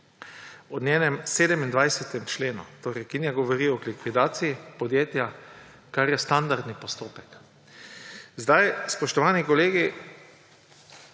v njenem 27. členu, ki ne govori o likvidaciji podjetja, kar je standardni postopek. Spoštovani kolegi,